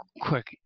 quick